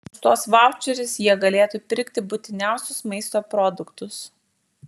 už tuos vaučerius jie galėtų pirkti būtiniausius maisto produktus